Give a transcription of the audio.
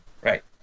Right